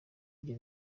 ibyo